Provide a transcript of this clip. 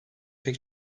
pek